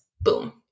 Boom